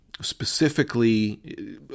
specifically